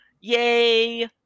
Yay